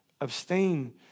abstain